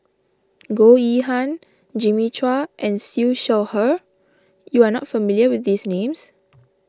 Goh Yihan Jimmy Chua and Siew Shaw Her you are not familiar with these names